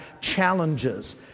challenges